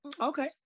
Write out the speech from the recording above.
okay